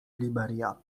liberia